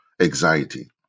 anxiety